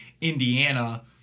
Indiana